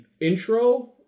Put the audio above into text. intro